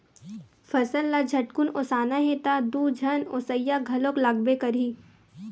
फसल ल झटकुन ओसाना हे त दू झन ओसइया घलोक लागबे करही